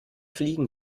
fliegen